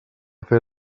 fer